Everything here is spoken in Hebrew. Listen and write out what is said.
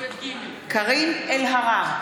קארין אלהרר,